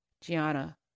Gianna